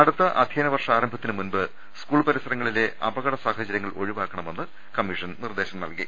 അടുത്ത അധ്യയന വർഷാരംഭ ത്തിന് മുമ്പ് സ്കൂൾ പരിസരങ്ങളിലെ അപകട സാഹചര്യങ്ങൾ ഒഴി വാക്കണെന്ന് കമ്മീഷൻ ആവശ്യപ്പെട്ടു